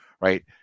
right